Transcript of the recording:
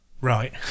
Right